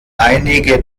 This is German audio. einige